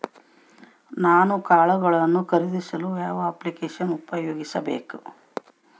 ನಾನು ಕಾಳುಗಳನ್ನು ಖರೇದಿಸಲು ಯಾವ ಅಪ್ಲಿಕೇಶನ್ ಉಪಯೋಗಿಸಬೇಕು?